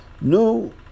no